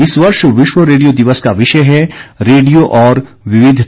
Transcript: इस वर्ष विश्व रेडियो दिवस का विषय है रेडियो और विविधता